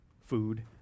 food